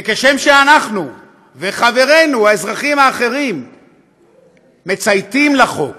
וכשם שאנחנו וחברינו האזרחים האחרים מצייתים לחוק